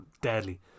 deadly